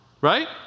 Right